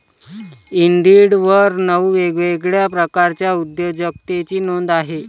इंडिडवर नऊ वेगवेगळ्या प्रकारच्या उद्योजकतेची नोंद आहे